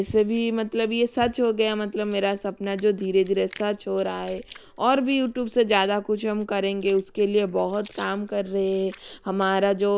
ऐसे भी मतलब ये सच हो गया मतलब मेरा सपना जो धीरे धीरे सच हो रहा है और भी यूटूब से ज़्यादा कुछ हम करेंगे उसके लिए बहुत काम कर रहे है हमारा जो